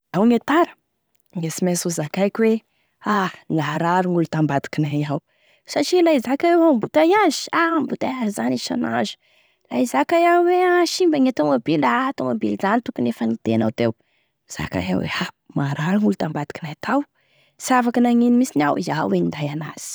La iaho ne tara da sy mainsy ho zakaiko hoe narary olo tambadikinay ao satria la hizaka iaho hoe embouteillages a embouteillages zany isan'andro, la hizaka iaho hoe a simba e tomobilo, e tomobilo zany tokony efa nitenao teo zany, fa la hoe marary gn'olo tambadikinay tao sy afaky nagnino mihitsy iaho fa da iaho e ninday an'azy.